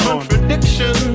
Contradiction